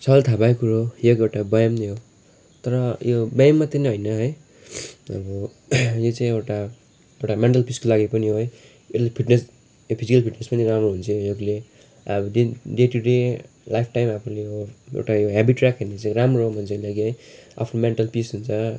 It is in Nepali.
सबैले थाहा भएकै कुरा हो योग एउटा व्यायाम नै हो तर यो व्यायाम मात्रै होइन अब यो चाहिँ एउटा मेन्टल पिसको लागि पनि हो है यसले फिटनेस फिजिकल फिटनेस पनि राम्रो हुन्छ योहरूले अब दिन डे टू डे लाइफटाइम आफूले यो एउटा यो ह्याबिट राख्यो भने चाहिँ राम्रो हुन्छ जिन्दगी है आफ्नो मेन्टल पिस हुन्छ